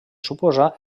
suposà